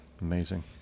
Amazing